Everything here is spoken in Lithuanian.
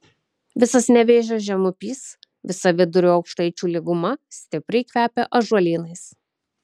visas nevėžio žemupys visa vidurio aukštaičių lyguma stipriai kvepia ąžuolynais